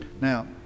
Now